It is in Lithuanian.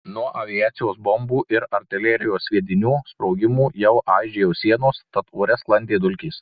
nuo aviacijos bombų ir artilerijos sviedinių sprogimų jau aižėjo sienos tad ore sklandė dulkės